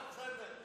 זה בסדר,